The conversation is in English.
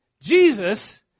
Jesus